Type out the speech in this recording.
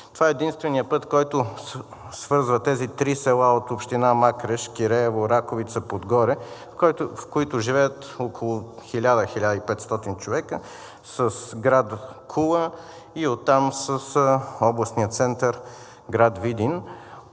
Това е единственият път, който свързва тези три села от община Макреш – Киреево, Раковица и Подгоре, в които живеят около 1000 – 1500 души, с град Кула и оттам с областния център град Видин,